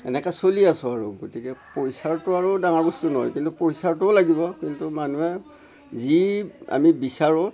এনেকৈ চলি আছোঁ আৰু গতিকে পইচাটো আৰু ডাঙৰ বস্তু নহয় কিন্তু পইচাটোও লাগিব কিন্তু মানুহে যি আমি বিচাৰোঁ